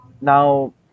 Now